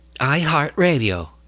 iHeartRadio